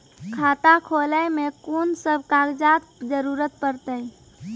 खाता खोलै मे कून सब कागजात जरूरत परतै?